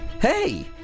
Hey